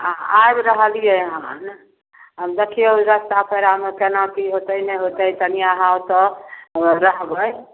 आ आबि रहलियै हन अब देखिऔ रस्ता पएरा मे केना की होतै नहि होतै तनिएँ आहाँ ओत्तऽ रहबै